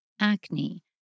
acne